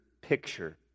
picture